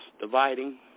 dividing